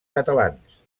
catalans